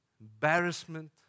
Embarrassment